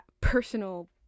personal